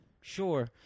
Sure